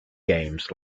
games